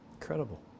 incredible